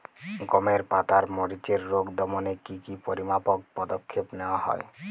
গমের পাতার মরিচের রোগ দমনে কি কি পরিমাপক পদক্ষেপ নেওয়া হয়?